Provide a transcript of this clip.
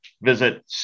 visit